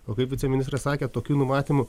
o kaip viceministras sakė tokių numatymų